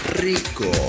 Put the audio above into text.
rico